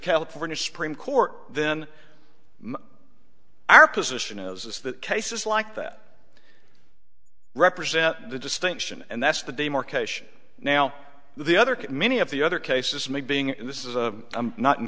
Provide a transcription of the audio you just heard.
california supreme court then our position is that cases like that represent the distinction and that's the day more question now the other many of the other cases me being this is a i'm not in